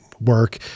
work